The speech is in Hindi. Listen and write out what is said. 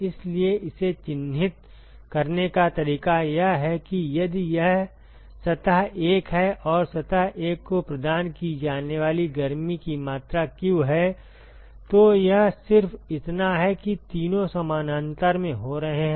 इसलिए इसे चिह्नित करने का तरीका यह है कि यदि यह सतह 1 है और सतह 1 को प्रदान की जाने वाली गर्मी की मात्रा q है तो यह सिर्फ इतना है कि तीनों समानांतर में हो रहे हैं